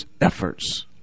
efforts